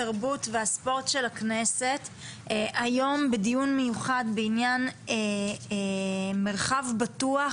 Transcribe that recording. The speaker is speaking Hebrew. התרבות והספורט של הכנסת בדיון מיוחד בעניין מרחב בטוח